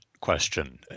question